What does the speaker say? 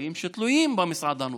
כלכליים שתלויים במסעדנות: